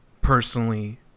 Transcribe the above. personally